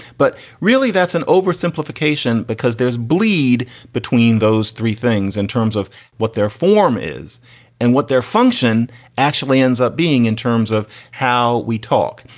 but really, that's an oversimplification because there's bleed between those three things in terms of what their form is and what their function actually ends up being in terms of how we talk.